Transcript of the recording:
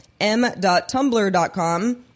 m.tumblr.com